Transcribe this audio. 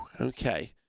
Okay